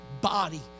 body